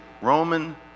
Roman